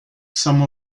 some